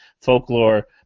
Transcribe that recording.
folklore